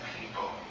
people